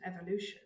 evolution